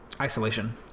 isolation